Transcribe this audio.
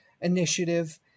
initiative